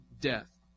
death